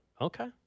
Okay